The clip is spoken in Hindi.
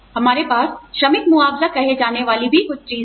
हमारे पास श्रमिक मुआवजाworker's compensation कहे जाने वाली भी कुछ चीज है